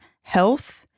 health